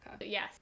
Yes